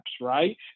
right